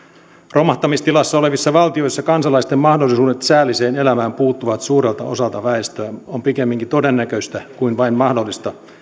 romahtamistilassa olevissa valtioissa kansalaisten mahdollisuudet säälliseen elämään puuttuvat suurelta osalta väestöä on pikemminkin todennäköistä kuin vain mahdollista